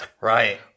Right